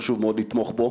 חשוב מאוד לתמוך בו,